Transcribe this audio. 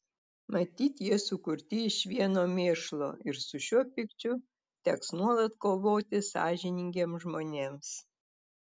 matyt jie sukurti iš vieno mėšlo ir su šiuo pykčiu teks nuolat kovoti sąžiningiems žmonėms